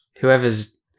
whoever's